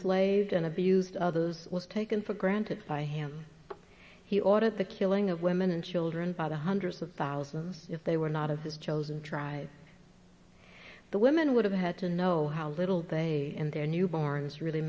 slaves and abused others was taken for granted by him he audit the killing of women and children by the hundreds of thousands if they were not of his chosen drive the women would have had to know how little they and their newborns really